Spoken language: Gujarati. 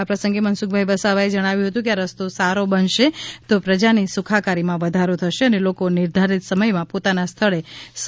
આ પ્રસંગે મનસુખભાઈ વસાવાએ જણાવ્યું હતું કે આ રસ્તો સારો બનશે તો પ્રજાની સુખાકારીમાં વધારો થશે અને લોકો નિર્ધારિત સમયમાં પોતાના સ્થળે સમયસર પહોચી શકશે